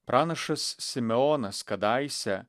pranašas simeonas kadaise